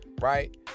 right